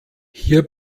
hier